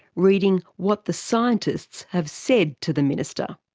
reading what the scientists have said to the minister.